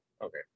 Okay